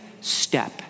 step